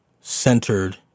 centered